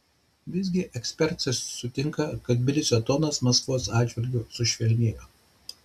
visgi ekspertai sutinka kad tbilisio tonas maskvos atžvilgiu sušvelnėjo